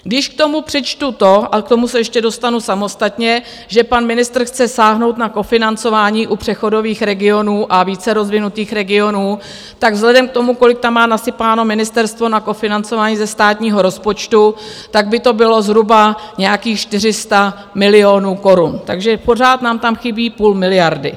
Když k tomu přičtu to, a k tomu se ještě dostanu samostatně, že pan ministr chce sáhnout na kofinancování u přechodových regionů a více rozvinutých regionů, tak vzhledem k tomu, kolik tam má nasypáno ministerstvo na kofinancování ze státního rozpočtu, tak by to bylo zhruba nějakých 400 milionů korun, takže pořád nám tam chybí půl miliardy.